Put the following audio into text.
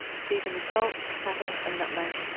season with salt, pepper and nutmeg.